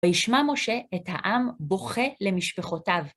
וישמע משה את העם בוכה למשפחותיו.